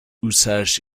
usage